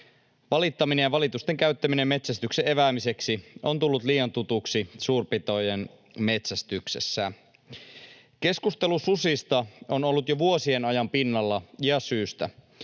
Valittaminen ja valitusten käyttäminen metsästyksen eväämiseksi on tullut liian tutuksi suurpetojen metsästyksessä. Keskustelu susista on ollut jo vuosien ajan pinnalla, ja syystä.